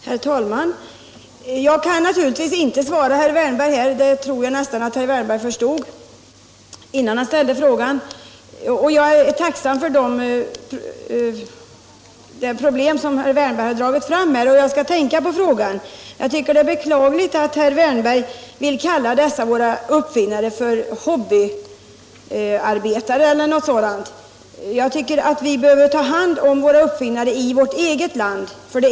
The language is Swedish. Herr talman! Jag kan naturligtvis inte svara herr Wärnberg, och det tror jag nästan att herr Wärnberg förstod innan han ställde frågan. Jag är tacksam för att herr Wärnberg dragit fram problemen, och jag skall tänka på dem. Men jag tycker att det är beklagligt att herr Wärnberg vill kalla dessa våra uppfinnare för hobbyarbetare, eller någonting sådant. Vi behöver ta hand om våra uppfinnare i vårt eget land.